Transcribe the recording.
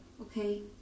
Okay